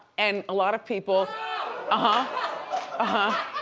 and a lot of people ah huh, ah huh.